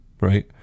right